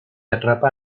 atrapa